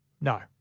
No